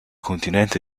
continente